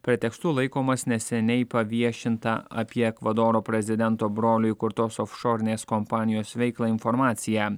pretekstu laikomas neseniai paviešinta apie ekvadoro prezidento brolio įkurtos ofšorinės kompanijos veiklą informacija